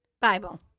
Bible